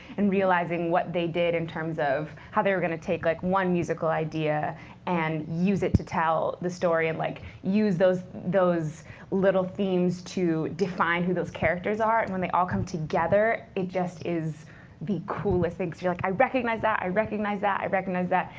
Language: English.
and realizing what they did in terms of how they were going to take like one musical idea and use it to tell the story, and like use those those little themes to define who those characters are. and when they all come together, it just is the coolest thing. so you're like, i recognize that, i recognize that, i recognize that.